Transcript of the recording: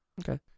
Okay